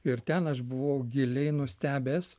ir ten aš buvau giliai nustebęs